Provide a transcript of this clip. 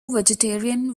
vegetarian